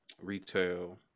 retail